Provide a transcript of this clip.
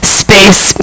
space